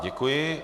Děkuji.